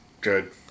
Good